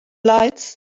lights